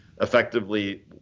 effectively